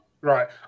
Right